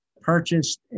purchased